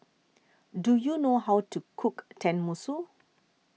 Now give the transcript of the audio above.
do you know how to cook Tenmusu